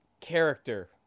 character